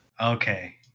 Okay